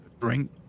drink